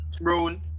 Brown